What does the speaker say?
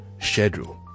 schedule